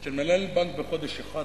של מנהל בנק בחודש אחד,